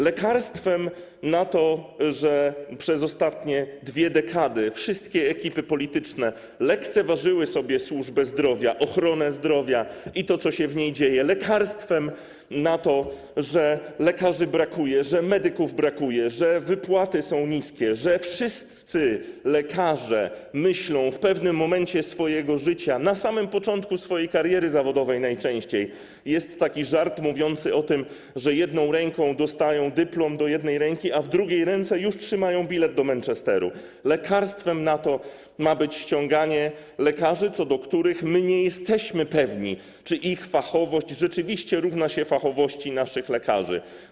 Lekarstwem na to, że przez ostatnie dwie dekady wszystkie ekipy polityczne lekceważyły sobie służbę zdrowia, ochronę zdrowia i to, co się w niej dzieje, lekarstwem na to, że lekarzy brakuje, że medyków brakuje, że wypłaty są niskie, że wszyscy lekarze myślą w pewnym momencie swojego życia, najczęściej na samym początku swojej kariery zawodowej, tak jak w takim żarcie mówiącym o tym, że do jednej ręki dostają dyplom, a w drugiej ręce już trzymają bilet do Manchesteru - lekarstwem na to ma być ściąganie lekarzy, co do których nie jesteśmy pewni, czy ich fachowość rzeczywiście równa się fachowości naszych lekarzy.